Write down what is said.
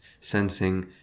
sensing